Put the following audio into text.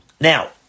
Now